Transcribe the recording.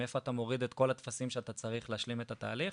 מאיפה להוריד את כל הטפסים שאתה צריך כדי להשלים את התהליך,